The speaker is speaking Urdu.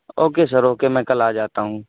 اوکے سر اوکے میں کل آ جاتا ہوں